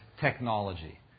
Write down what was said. technology